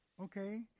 Okay